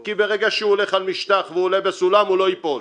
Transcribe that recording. כי ברגע שהוא הולך על משטח והוא עולה בסולם הוא לא ייפול.